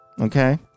Okay